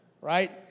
right